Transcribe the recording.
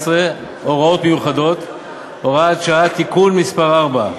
(הוראות מיוחדות) (הוראת שעה) (תיקון מס' 4)